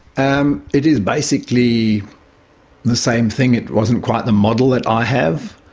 um it is basically the same thing. it wasn't quite the model that i have.